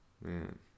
man